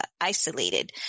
isolated